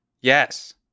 yes